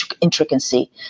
intricacy